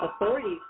Authorities